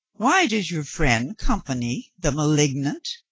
why does your friend company the malignant?